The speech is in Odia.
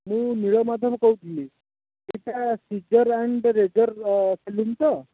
ମୁଁ ନୀଳମାଧବ କହୁଥିଲି ଏଇଟା ରେଜର ସାଲୁନ୍ ତ